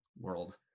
world